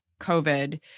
COVID